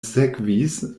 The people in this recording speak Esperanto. sekvis